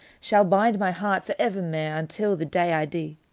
shall bind my heart for evermair, until the day i dee!